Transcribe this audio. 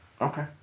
Okay